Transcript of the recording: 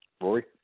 Rory